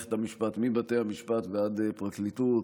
במערכת המשפט, מבתי המשפט ועד לפרקליטות,